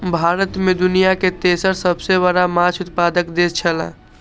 भारत दुनिया के तेसर सबसे बड़ा माछ उत्पादक देश छला